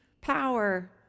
power